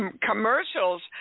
Commercials